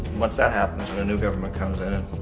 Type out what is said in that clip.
once that happens and a new goverment comes in it,